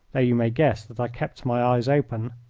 though you may guess that i kept my eyes open.